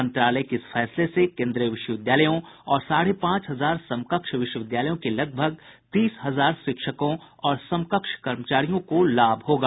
मंत्रालय के इस फैसले से केन्द्रीय विश्वविद्यालयों और साढ़े पांच हजार समकक्ष विश्वविद्यालयों के करीब तीस हजार शिक्षकों और समकक्ष कर्मचारियों को लाभ पहुंचेगा